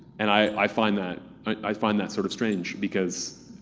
and i find that, i find that sort of strange. because